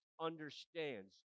understands